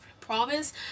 promise